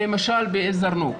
למשל בזרנוג,